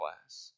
class